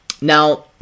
Now